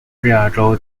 乔治亚州